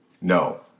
No